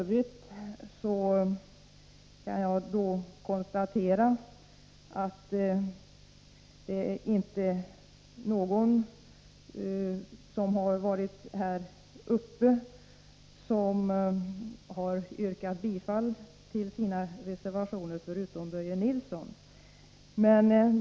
Jag kan alltså konstatera att det inte är några talare som har yrkat bifall till sina motioner, förutom Börje Nilsson.